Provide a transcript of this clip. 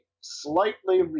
slightly